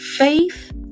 Faith